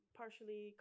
partially